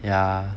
yeah